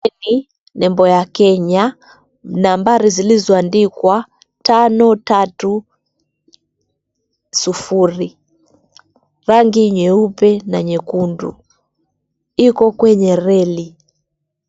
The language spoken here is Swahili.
Hii ni nembo ya Kenya, nambari zilizoandikwa 530 rangi nyeupe na nyekundu, iko kwenye reli.